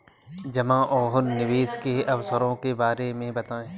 जमा और निवेश के अवसरों के बारे में बताएँ?